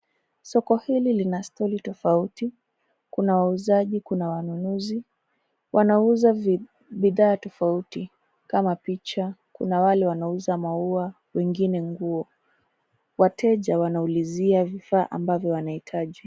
Soko hili lina stoli tofauti; kuna wauzaji, kuna wanunuzi. Wanauza bidhaa tofauti kama picha. Kuna wale wanauza maua, wengine nguo. Wateja wanaulizia vifaa ambavyo wanahitaji.